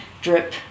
drip